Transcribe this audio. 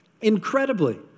incredibly